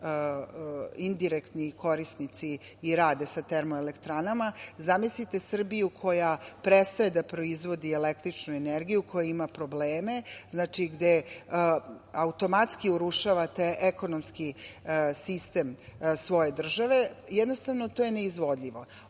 indirektni korisnici i rade sa termoelektranama. Zamislite Srbiju koja prestaje da proizvodi električnu energiju koja ima probleme, znači gde automatski urušavate ekonomski sistem svoje države, jednostavno to je neizvodljivo. Ovako